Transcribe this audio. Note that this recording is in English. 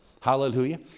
Hallelujah